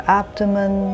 abdomen